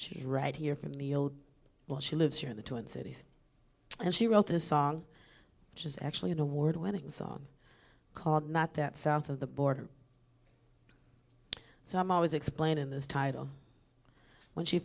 she's right here from the old well she lives here in the twin cities and she wrote this song which is actually an award winning song called not that south of the border so i'm always explaining this title when she